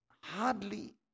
hardly